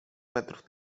metrów